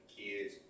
kids